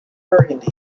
burgundy